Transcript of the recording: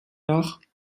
nach